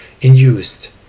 induced